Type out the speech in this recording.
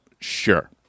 sure